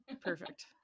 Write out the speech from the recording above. perfect